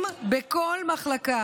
12 רופאים ומתמחים בכל מחלקה.